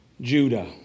Judah